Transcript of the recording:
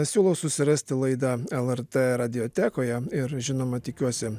siūlau susirasti laidą lrt radijotekoje ir žinoma tikiuosi